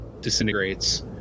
disintegrates